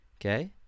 okay